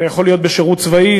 זה יכול להיות בשירות צבאי,